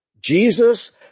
Jesus